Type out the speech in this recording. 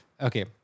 Okay